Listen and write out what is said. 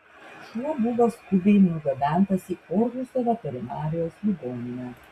šuo buvo skubiai nugabentas į orhuso veterinarijos ligoninę